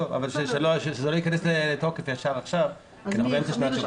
שזה לא ייכנס לתוקף עכשיו, באמצע שנת שירות.